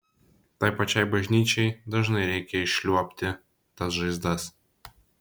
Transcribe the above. tai pačiai bažnyčiai dažnai reikia išliuobti tas žaizdas